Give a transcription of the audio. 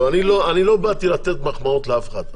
אני לא באתי לתת מחמאות לאף אחד.